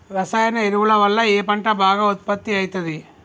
రసాయన ఎరువుల వల్ల ఏ పంట బాగా ఉత్పత్తి అయితది?